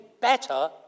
better